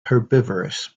herbivorous